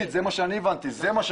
הבנתי שגם מבחינה משפטית.